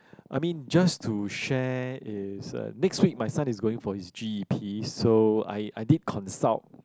I mean just to share is uh next week my son is going for his G_E_P so I I did consult